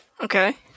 okay